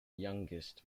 youngest